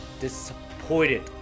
disappointed